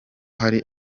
hari